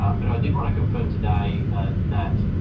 ah but i did want to confirm today that,